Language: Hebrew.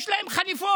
יש להם חליפות,